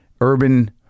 urban